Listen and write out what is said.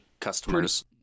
customers